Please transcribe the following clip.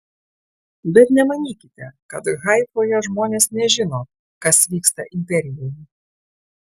bet nemanykite kad haifoje žmonės nežino kas vyksta imperijoje